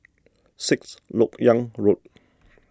Sixth Lok Yang Road